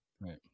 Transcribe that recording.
Right